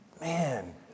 Man